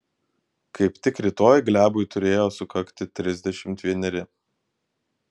kaip tik rytoj glebui turėjo sukakti trisdešimt vieneri